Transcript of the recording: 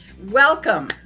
Welcome